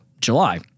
July